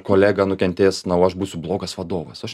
kolega nukentės na o aš būsiu blogas vadovas aš